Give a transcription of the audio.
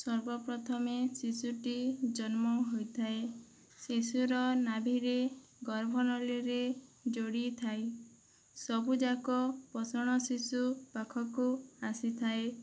ସର୍ବପ୍ରଥମେ ଶିଶୁଟି ଜନ୍ମ ହୋଇଥାଏ ଶିଶୁର ନାଭିରେ ଗର୍ଭନଳୀରେ ଯୋଡ଼ିଥାଏ ସବୁଯାକ ପୋଷଣ ଶିଶୁ ପାଖକୁ ଆସିଥାଏ